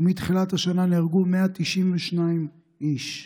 ומתחילת השנה נהרגו 192 איש.